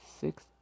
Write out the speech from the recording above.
six